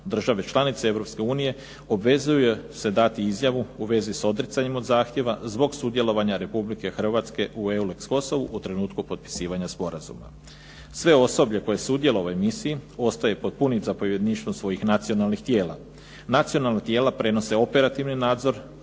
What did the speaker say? Države članice Europske unije obvezuju se dati izjavu u vezi s odricanjem od zahtjeva zbog sudjelovanja Republike Hrvatske u EULEX Kosovu u trenutku potpisivanja sporazuma. Sve osoblje koje sudjeluje u ovoj misiji ostaje pod punim zapovjedništvom svojih nacionalnih tijela. Nacionalna tijela prenose operativni nadzor